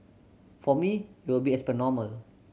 for me it will be as per normal